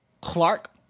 Clark